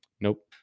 Nope